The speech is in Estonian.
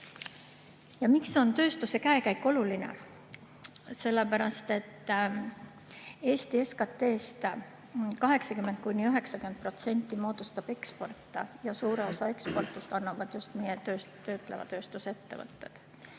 Ja miks on tööstuse käekäik oluline? Sellepärast et Eesti SKT-st 80–90% moodustab eksport ja suure osa ekspordist annavad just meie töötleva tööstuse ettevõtted.